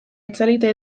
itzalita